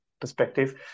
perspective